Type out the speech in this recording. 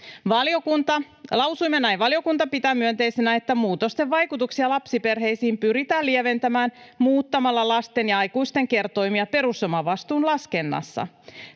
Lausuimme näin: ”Valiokunta pitää myönteisenä, että muutosten vaikutuksia lapsiperheisiin pyritään lieventämään muuttamalla lasten ja aikuisten kertoimia perusomavastuun laskennassa.